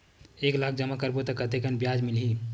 एक लाख जमा करबो त कतेकन ब्याज मिलही?